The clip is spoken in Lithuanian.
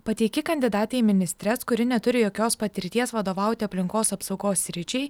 pateiki kandidatę į ministres kuri neturi jokios patirties vadovauti aplinkos apsaugos sričiai